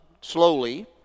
slowly